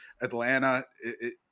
Atlanta